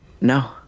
No